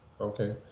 Okay